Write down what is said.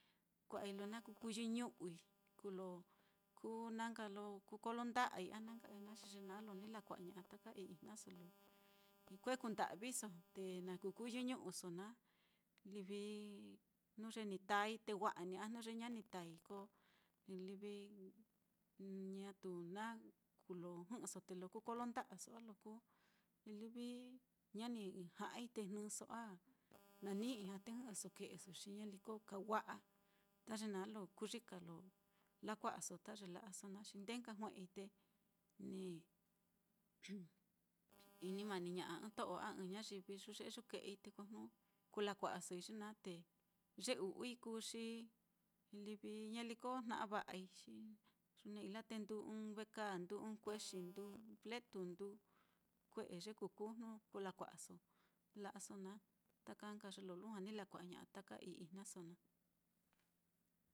kua'ai lo na kukuu yɨñu'ui, kú lo kuu na nka lo kuu kolonda'ai a na nka ijña naá, xi ye naá lo ni lakua'a ña'a taka ii-ijnaso lo kue kunda'viso te na ku kuu yɨñu'uso naá, livi jnu ye ni tai te livi wa'a ní, a jnu ye ña ni tai ko livi ñatu na kuu lo jɨ'ɨso te lo kuu kolonda'aso a lo kuu livi ña ni ja'ai te jnɨso a nani ijña te jɨ'ɨso ke'eso, xi ñaliko ka wa'a, ta ye naá lo kuyika ye lakua'aso ta ye la'aso naá, xi ndee nka jue'ei te ni ini maniña'a ɨ́ɨ́n to'o a ɨ́ɨ́n ñayivi yuye'e yu ke'ei, te ko jnu kú lakua'asoi ye naá, te ye u'ui kuu xi livi ñaliko jna'a va'ai, yujne ijla te nduu ɨ́ɨ́n vekāā, nduu ɨ́ɨ́n kuexi, nduu ɨ́ɨ́n pletu nduu, kue'e ye kukuu jnu kú lakua'aso ye la'aso naá ta ka nka ta ye lo ni lakua'a ña'a ta ii-ijnaso naá.